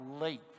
late